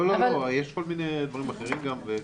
לא, יש כל מיני דברים אחרים גם.